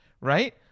Right